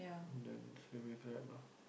then straight away Grab lah